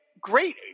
great